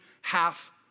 half